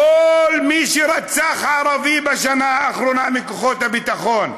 כל מי שרצח ערבי בשנה האחרונה מכוחות הביטחון,